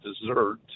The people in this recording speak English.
dessert